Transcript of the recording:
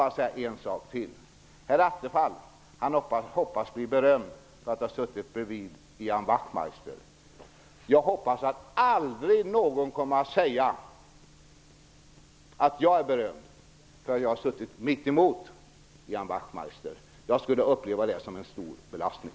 Men jag har en sak till att säga: Herr Attefall hoppas på att bli berömd för att ha suttit bredvid Ian Wachtmeister. Jag hoppas dock att det aldrig blir så att någon säger att jag är berömd därför att jag har suttit mitt emot Ian Wachtmeister. Det skulle jag uppleva som en stor belastning.